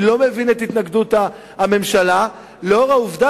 אני לא מבין את התנגדות הממשלה לנוכח העובדה